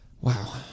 Wow